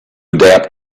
adapt